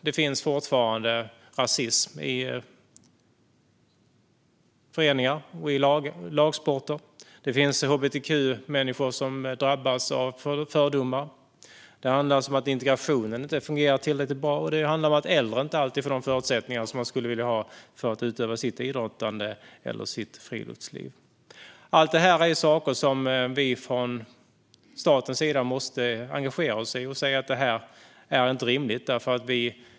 Det finns fortfarande rasism i föreningar och i lagsporter, det finns hbtq-människor som drabbas av fördomar, integration som inte fungerar tillräckligt bra och äldre som inte alltid får de förutsättningar som de skulle vilja ha för att utöva sitt idrottande eller friluftsliv. Allt det här är saker som vi från statens sida måste engagera oss i och säga: Det här är inte rimligt.